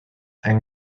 ein